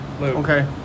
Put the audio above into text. Okay